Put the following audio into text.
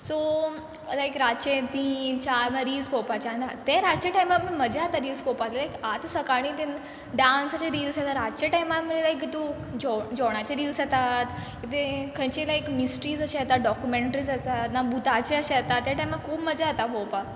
so लायक रातचे तीन चार म्हळ्या रिल्स पळोवपाचें आनी आं ते रातचे टायमा मजा येता रिल्स पलोवपा लायक आतां सकाळीं ते डांसाचे रिल्स येता रातचे टायमा मरे लायक तूं जेव जेवणाचे रिल्स येतात ते खंयची लायक मिस्ट्रीज अशें येता डॉकुमँट्रीज आसा ना भुताचें अशें येता ते टायमा खूब मजा येता पळोवपाक